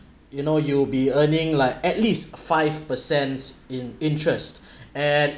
you know you'll be earning like at least five percents in interest and